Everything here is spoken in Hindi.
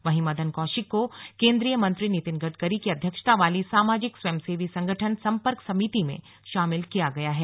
वहीं मदन कौशिक को केंद्रीय मंत्री नितिन गडकरी की अध्यक्षता वाली सामाजिक स्वयंसेवी संगठन संपर्क समिति में शामिल किया गया है